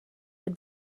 had